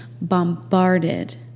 bombarded